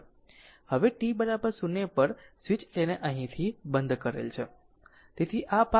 હવે t 0 પર switch તેને અહીંથી બંધ કરેલ છે